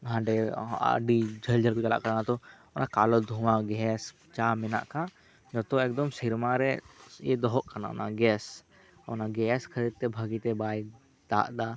ᱦᱟᱸᱰᱮ ᱟᱹᱰᱤ ᱡᱷᱟᱹᱞᱼᱡᱷᱟᱹᱞ ᱠᱚ ᱪᱟᱞᱟᱜᱼᱟ ᱛᱚ ᱠᱟᱞᱳ ᱫᱷᱩᱶᱟᱹ ᱜᱮᱥ ᱡᱟ ᱢᱮᱱᱟᱜ ᱟᱠᱟᱫ ᱡᱚᱛᱚ ᱮᱠᱫᱚᱢ ᱥᱮᱨᱢᱟ ᱨᱮ ᱫᱚᱦᱚᱜ ᱠᱟᱱᱟ ᱚᱱᱟ ᱜᱮᱥ ᱚᱱᱟ ᱜᱮᱥ ᱠᱷᱟᱹᱛᱤᱨ ᱛᱮ ᱵᱷᱟᱹᱜᱤᱛᱮ ᱵᱟᱭ ᱫᱟᱜ ᱮᱫᱟ